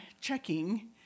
checking